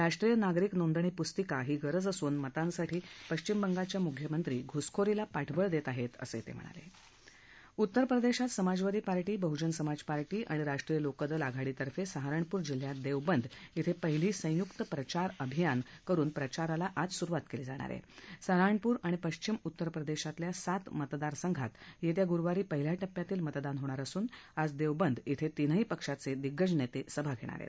राष्ट्रीय नागरीक नोंदणी पुस्तीका ही गरज असून मतांसाठी पश्विम बंगालच्या मुख्यमंत्री घुसखोरीला पाठबळ दक्षीआहस्तिअसं तव्हिणालक्ष उत्तर प्रदक्षीत समाजवादी पार्टी बहुजन समाज पार्टी आणि राष्ट्रीय लोकदल आघाडी तर्फे सहारणपूर जिल्ह्यात दक्विद क्विक पहिली संयुक्त प्रचार अभियान करुन प्रचाराला सुरुवात क्वीी जाणार आहा जेहारणपूर आणि पश्चिम उत्तर प्रदधीतल्या सात मतदानसंघात यस्वी गुरुवारी पहिल्या टप्प्यातील मतदान होणार असून आज दब्बिद अत्रीनही पक्षाच डिग्गज नद्वसिभा घणीर आहेत